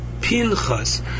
Pinchas